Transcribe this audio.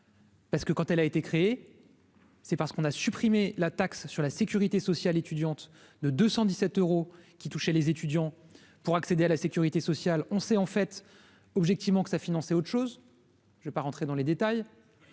Parce que quand elle a été créée, c'est parce qu'on a supprimé la taxe sur la sécurité sociale étudiante de 217 euros qui touchait les étudiants pour accéder à la sécurité sociale, on sait en fait objectivement que ça financer autre chose, je vais pas rentrer dans les détails,